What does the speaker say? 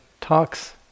talks